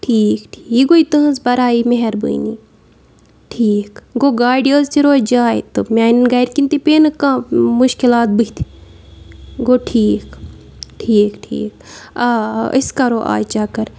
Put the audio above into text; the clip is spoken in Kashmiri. ٹھیٖک ٹھیٖک یہِ گوٚو تُہٕنٛز براے مہربٲنی ٹھیٖک گوٚو گاڑِ یٲژ تہِ روزِ جاے تہٕ میٛانٮ۪ن گَرِکٮ۪ن تہِ پیٚیہِ نہٕ کانٛہہ مُشکلات بٕتھِ گوٚو ٹھیٖک ٹھیٖک ٹھیٖک آ آ أسۍ کَرو اَز چَکَر